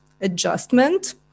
adjustment